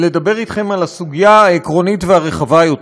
לדבר אתכם על הסוגיה העקרונית והרחבה יותר.